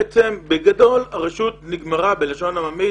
בעצם בגדול הרשות נגמרה בלשון עממית